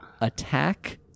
attack